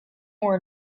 more